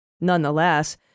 Nonetheless